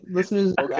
Listeners